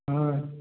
हाँ